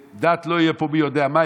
ודת לא תהיה פה מי יודע מה,